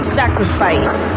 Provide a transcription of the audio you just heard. sacrifice